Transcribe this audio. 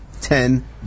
ten